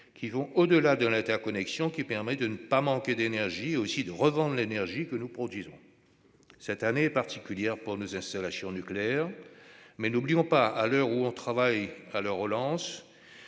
importants pour la France, puisqu'il permet de ne pas manquer d'énergie et de revendre l'énergie que nous produisons. Cette année est particulière pour nos installations nucléaires, mais n'oublions pas, à l'heure où l'on travaille à leur relance,